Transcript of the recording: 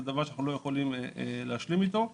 זה דבר שאנחנו לא יכולים להשלים אתו.